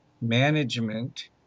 management